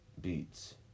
beats